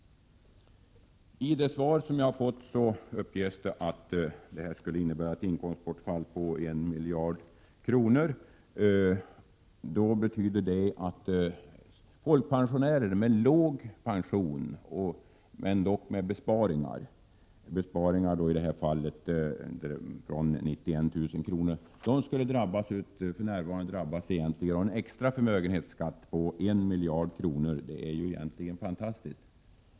I det svar som jag har fått i dag uppger finansministern att ett avskaffande av förmögenhetsprövningen skulle innebära ett inkomstbortfall på 1 miljard kronor. Det betyder då att folkpensionärer med låg pension men med besparingar, i detta fall över 91 000 kr., för närvarande drabbas av en extra förmögenhetsskatt på 1 miljard kronor. Det är egentligen fantastiskt.